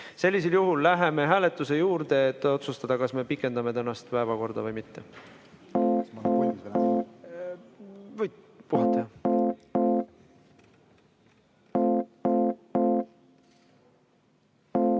Sellisel juhul läheme hääletuse juurde, et otsustada, kas me pikendame tänast istungit või mitte.